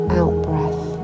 out-breath